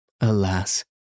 Alas